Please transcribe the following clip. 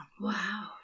Wow